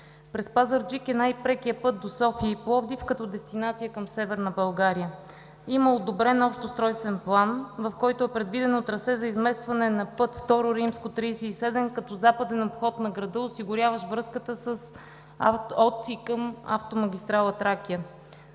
През Пазарджик е най-прекият път до София и Пловдив като дестинация към Северна България. Има одобрен общ устройствен план, в който е предвидено трасе за изместване на път II-37, като западен обход на града, осигуряващ връзката от и към автомагистрала Тракия.